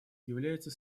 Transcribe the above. является